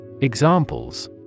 Examples